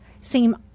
seem